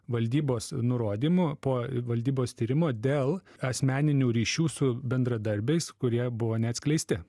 valdybos nurodymu po valdybos tyrimo dėl asmeninių ryšių su bendradarbiais kurie buvo neatskleisti